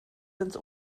ins